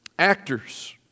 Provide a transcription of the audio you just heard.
actors